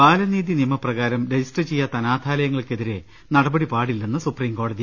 ബാലനീതി നിയമപ്രകാരം രജിസ്റ്റർ ചെയ്യാത്ത അനാഥാലയ ങ്ങൾക്കെതിരെ നടപടി പാടില്ലെന്ന് സുപ്രീംകോടതി